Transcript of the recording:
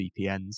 vpns